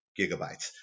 gigabytes